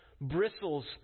bristles